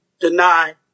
deny